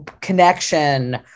connection